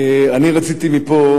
אני רציתי לשלוח מפה